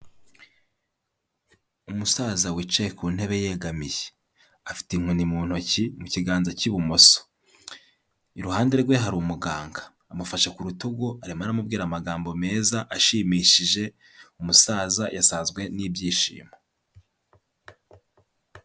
Umusaza wicaye ku ntebe yegamiye. Afite inkoni mu ntoki, mu kiganza cy'ibumoso. Iruhande rwe hari umuganga, amufashe ku rutugu, arimo aramubwira amagambo meza ashimishije, umusaza yasazwe n'ibyishimo.